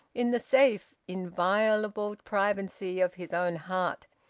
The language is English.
in the safe, inviolable privacy of his own heart.